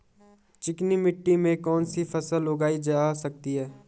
चिकनी मिट्टी में कौन सी फसल उगाई जा सकती है?